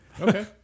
Okay